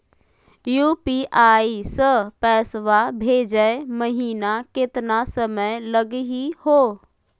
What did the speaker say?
UPI स पैसवा भेजै महिना केतना समय लगही हो?